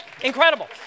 Incredible